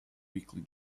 quickly